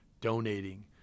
donating